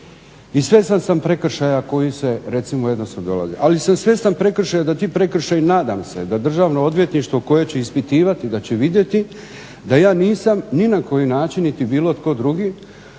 I svjestan sam prekršaja koji se recimo jednom sam dolazio. Ali sam svjestan prekršaja da ti prekršaji nadam se da Državno odvjetništvo koje će ispitivati da će vidjeti da ja nisam ni na koji način niti bilo tko drugi